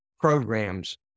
programs